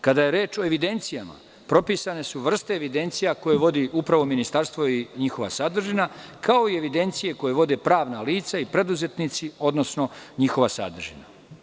Kada je reč o evidencijama, propisane su vrste evidencija koje vodi upravo ministarstvo i njihova sadržina, kao i evidencije koje vode pravna lica i preduzetnici, odnosno njihova sadržina.